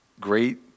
great